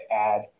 add